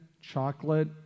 chocolate